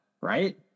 right